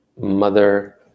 mother